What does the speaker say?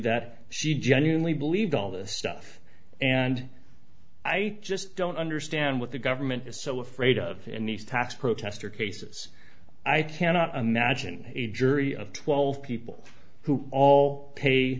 that she genuinely believed all this stuff and i just don't understand what the government is so afraid of in these tax protester cases i cannot imagine a jury of twelve people who all pay